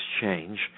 change